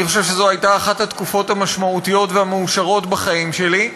אני חושב שזו הייתה אחת התקופות המשמעותיות והמאושרות בחיים שלי,